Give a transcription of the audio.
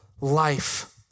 life